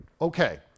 Okay